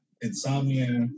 insomnia